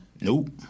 Nope